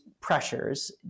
pressures